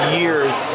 years